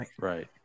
Right